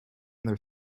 their